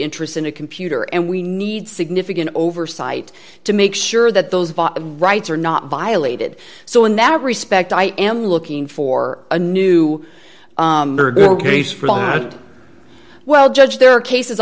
interests in a computer and we need significant oversight to make sure that those rights are not violated so in that respect i am looking for a new case for well judge there are cases